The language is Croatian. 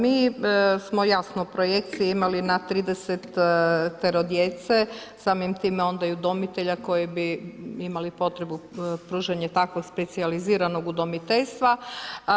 Mi smo jasno u projekciji imali na 30 djece, samim time onda i udomitelja koji bi imali potrebu pružanje takvog specijaliziranog udomiteljstva.